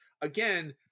Again